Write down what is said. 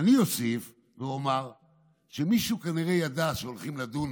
ואני אוסיף ואומר שמישהו כנראה ידע שהולכים לדון